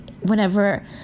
whenever